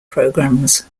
programs